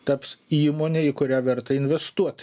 taps įmone į kurią verta investuot